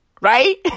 right